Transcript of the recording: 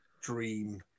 dream